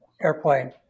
airplane